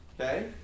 okay